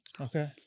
okay